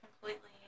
completely